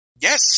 Yes